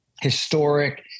historic